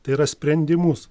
tai yra sprendimus